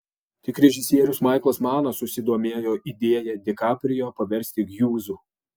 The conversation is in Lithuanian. tik režisierius maiklas manas susidomėjo idėja di kaprijo paversti hjūzu